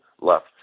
left